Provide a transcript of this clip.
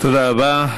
תודה רבה.